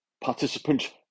participant